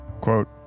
quote